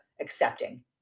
accepting